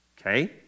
Okay